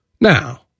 Now